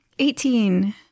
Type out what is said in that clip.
Eighteen